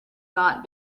not